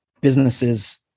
businesses